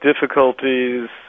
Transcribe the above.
difficulties